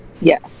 Yes